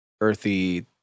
earthy